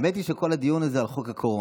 האמת היא שכל הדיון הזה הוא על חוק הקורונה,